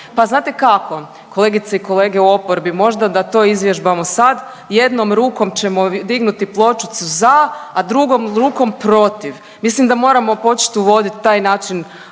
Pa znate kako kolegice i kolege u oporbi, možda da to izvježbamo sad, jednom rukom ćemo dignuti pločicu za, a drugom rukom protiv. Mislim da moramo počet uvodit taj način